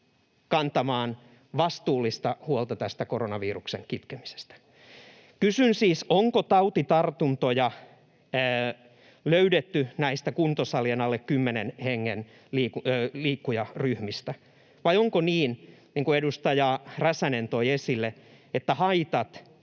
kantamaan vastuullista huolta tästä koronaviruksen kitkemisestä. Kysyn siis: onko tautitartuntoja löydetty näistä kuntosalien alle kymmenen hengen liikkujaryhmistä, vai onko niin, niin kuin edustaja Räsänen toi esille, että haitat